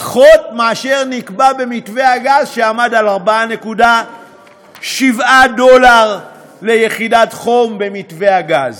פחות מאשר נקבע במתווה הגז שעמד על 4.7 דולר ליחידת חום במתווה הגז.